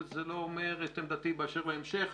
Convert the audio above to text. אבל זה לא אומר את עמדתי באשר להמשך.